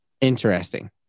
Interesting